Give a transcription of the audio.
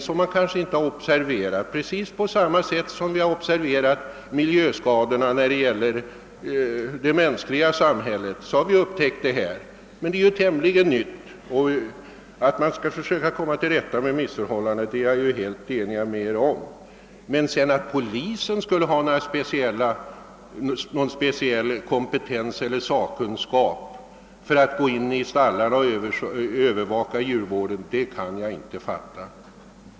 Dessa har kanske inte observerats tidigare, på samma sätt som miljöskadorna när det gäller det mänskliga samhället upptäckts först på senare tid. Att man skall försöka komma till rätta med missförhållandena instämmer jag helt i. Men att polisen skulle ha någon speciell kompetens eller sakkun skap som berättigar att polisen skulle gå in i stallarna och övervaka djurvården kan jag inte finna.